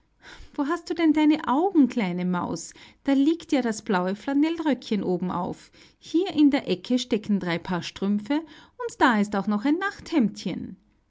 wo hast du denn deine augen kleine maus da liegt ja das blaue flanellröckchen obenauf hier in der ecke stecken drei paar strümpfe und da ist auch noch ein